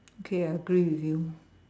okay I agree with you